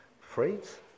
phrase